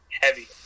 Heavy